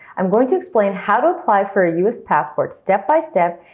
i'm going to explain how to apply for a us passport step by step,